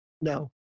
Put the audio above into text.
No